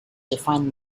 define